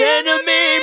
enemy